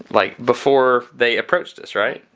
like, before they approached us right?